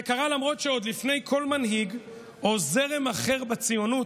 זה קרה למרות שעוד לפני כל מנהיג או זרם אחר בציונות,